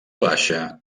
baixa